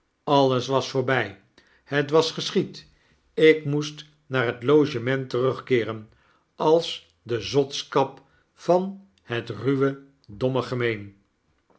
alles was voorbij het was geschied ik moest naar het logement terugkeeren als de zotskap van het ruwe domme gemeen